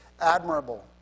admirable